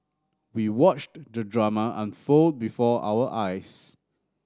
we watched the drama unfold before our eyes